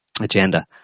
agenda